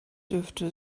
dürfte